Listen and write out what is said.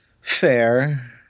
Fair